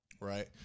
right